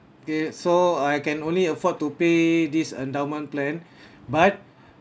okay so I can only afford to pay this endowment plan but